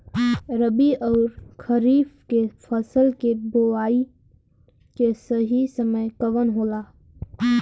रबी अउर खरीफ के फसल के बोआई के सही समय कवन होला?